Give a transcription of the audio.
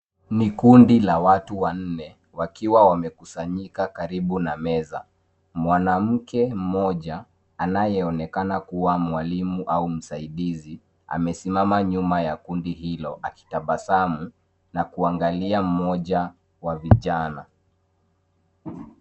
Ni kundi la watu wanne wakiwa wamekusanyika karibu na meza. Mwanamke mmoja anayeonekana kuwa mwalimu au msaidizi amesimama nyuma ya kundi hilo akitabasamu na kuangalia mmoja wa vijana.